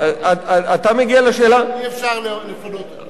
אתה מגיע לשאלה, אי-אפשר לפנות אותה.